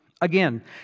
Again